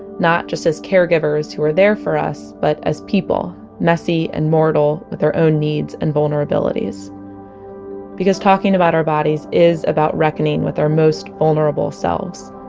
not just as caregivers who are there for us, but as people messy and mortal, with their own needs and vulnerabilities because talking about our bodies is about reckoning with our most vulnerable selves